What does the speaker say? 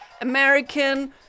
American